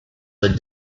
with